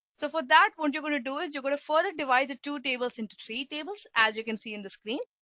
so for that what you're going to do is you're going to further divide the two tables into three tables as you can see in the screen.